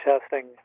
testing